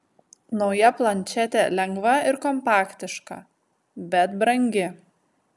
nauja plančetė lengva ir kompaktiška bet brangi